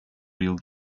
real